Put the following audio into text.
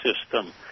system